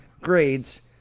grades